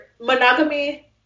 Monogamy